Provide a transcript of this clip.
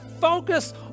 focus